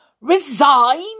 Resign